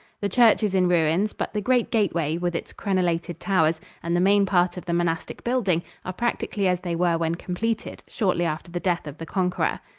the church is in ruins, but the great gateway, with its crenelated towers, and the main part of the monastic building are practically as they were when completed, shortly after the death of the conqueror.